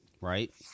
right